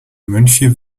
mönche